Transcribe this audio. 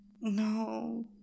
No